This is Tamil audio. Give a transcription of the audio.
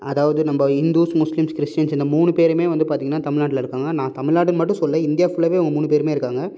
அதாவது நம்ம இந்துஸ் முஸ்லீம்ஸ் கிறிஸ்டின்ஸ் இந்த மூணு பேருமே வந்து பார்த்திங்கன்னா தமிழ்நாட்டில் இருக்காங்க நான் தமிழ்நாட்டுன்னு மட்டும் சொல்லலை இந்தியா ஃபுல்லாவே அவங்க மூணு பேருமே இருக்காங்க